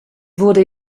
wurde